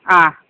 ആ